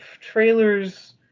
trailers